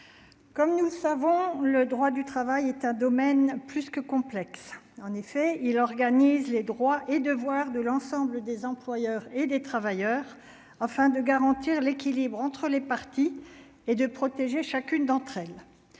comme nous le savons, le droit du travail est un domaine plus que complexe, en effet, il organise les droits et devoirs de l'ensemble des employeurs et des travailleurs, afin de garantir l'équilibre entre les parties et de protéger, chacune d'entre elles,